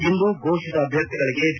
ಇಂದು ಘೋಷಿತ ಅಭ್ವರ್ಥಿಗಳಿಗೆ ಬಿ